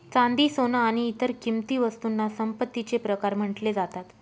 चांदी, सोन आणि इतर किंमती वस्तूंना संपत्तीचे प्रकार म्हटले जातात